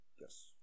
yes